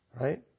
Right